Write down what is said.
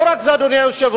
לא רק זה, אדוני היושב-ראש.